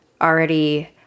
already